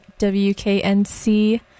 WKNC